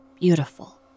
beautiful